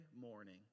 morning